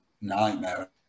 nightmare